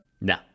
No